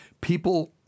People